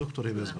ד"ר היבה יזבק.